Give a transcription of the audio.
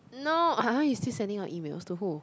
no ah you still sending out email to who